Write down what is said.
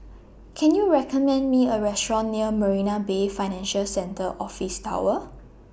Can YOU recommend Me A Restaurant near Marina Bay Financial Centre Office Tower